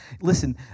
Listen